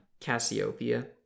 Cassiopeia